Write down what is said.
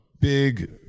big